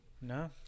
no